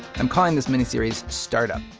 i'm calling this mini-series startup.